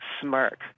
smirk